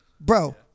Bro